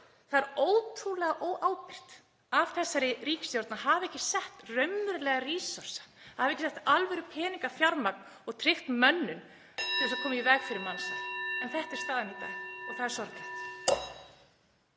Það er ótrúlega óábyrgt af þessari ríkisstjórn að hafa ekki sett raunverulega „rísorsa“, að hafa ekki sett alvörupeninga, fjármagn, og tryggt mönnun (Forseti hringir.) til að koma í veg fyrir mansal. En þetta er staðan í dag og það er sorglegt.